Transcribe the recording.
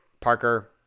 Parker